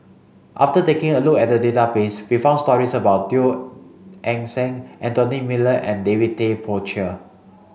after taking a look at the database we found stories about Teo Eng Seng Anthony Miller and David Tay Poey Cher